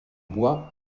bois